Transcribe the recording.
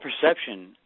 perception